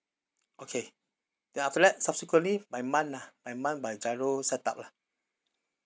okay then after that subsequently by month lah by month by GIRO setup lah